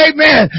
Amen